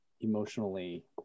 emotionally